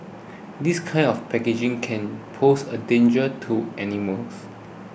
this kind of packaging can pose a danger to animals